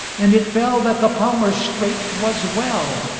and it fell that the palmer straight was well,